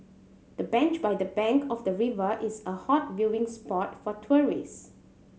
the bench by the bank of the river is a hot viewing spot for tourists